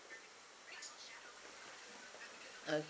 okay